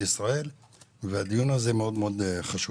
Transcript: ישראל ולכן הדיון הזה מאוד מאוד חשוב.